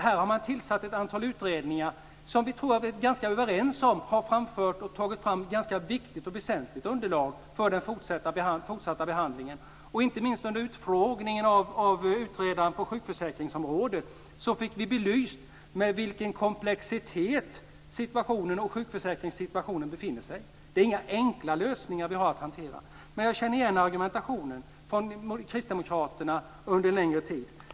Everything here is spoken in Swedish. Här har man tillsatt ett antal utredningar som har tagit fram ett viktigt och väsentligt underlag för den fortsatta behandlingen. Inte minst under utfrågningen av utredaren på sjukförsäkringsområdet fick vi belyst vilken komplex situation sjukförsäkringen befinner sig i. Det är inga enkla lösningar vi har att hantera. Jag känner igen argumentationen som har kommit från kristdemokraterna under en längre tid.